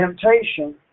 temptation